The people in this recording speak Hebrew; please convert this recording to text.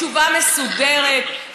תשובה מסודרת,